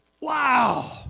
wow